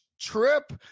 trip